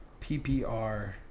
PPR